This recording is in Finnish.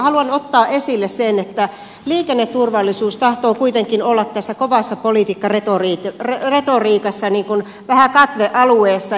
haluan ottaa esille sen että liikenneturvallisuus tahtoo kuitenkin olla tässä kovassa politiikkaretoriikassa vähän katvealueessa